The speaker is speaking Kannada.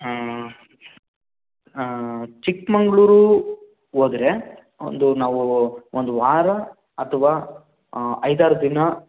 ಚಿಕ್ಕಮಗ್ಳೂರು ಹೋದ್ರೆ ಒಂದು ನಾವು ಒಂದು ವಾರ ಅಥವಾ ಐದಾರು ದಿನ